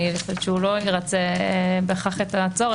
אני חושבת שהוא לא ירצה בהכרח את הצורך,